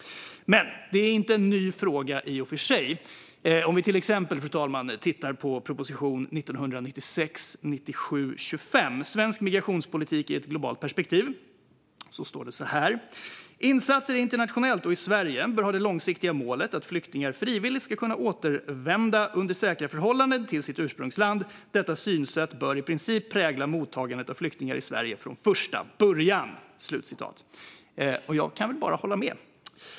Detta är dock inte en ny fråga i och för sig. I proposition 1996/97:25 Svensk migrationspolitik i ett globalt perspektiv står det till exempel så här, fru talman: "Insatser internationellt och i Sverige bör ha det långsiktiga målet att flyktingar frivilligt skall kunna återvända under säkra förhållanden till sitt ursprungsland. Detta synsätt bör i princip prägla mottagandet av flyktingar i Sverige från första början." Jag kan bara hålla med.